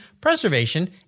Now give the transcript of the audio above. Preservation